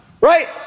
Right